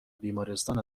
بیمارستان